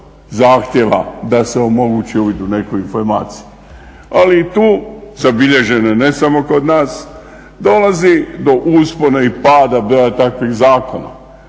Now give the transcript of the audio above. zahtjeva da se omogući uvid u neku informaciju. Ali i tu zabilježene ne samo kod nas, dolazi do uspona i pada broja takvih zakona.